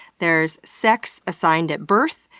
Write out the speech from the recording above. there's sex assigned at birth,